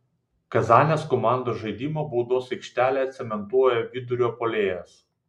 kazanės komandos žaidimą baudos aikštelėje cementuoja vidurio puolėjas